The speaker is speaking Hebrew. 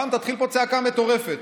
גם תתחיל פה צעקה מטורפת.